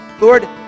Lord